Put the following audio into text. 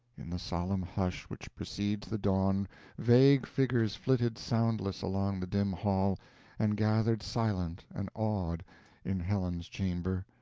in the solemn hush which precedes the dawn vague figures flitted soundless along the dim hall and gathered silent and awed in helen's chamber,